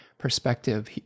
perspective